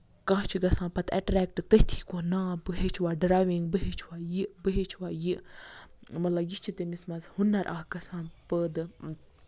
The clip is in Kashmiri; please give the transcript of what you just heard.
کانہہ چھُ گژھان پَتہٕ اٮ۪ٹریکٹہٕ پَتہٕ تٔتھۍ کُن نا بہٕ ہٮ۪چھٕ وَنۍ ڈراینگ نہ بہٕ ہٮ۪چھٕ وَنۍ یہِ مطلب یہِ چھُ تٔمِس منٛز ہُنر اکھ گَژھان پٲدٕ